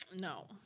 no